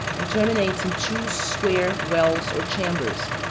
and terminates in two square wells or chambers,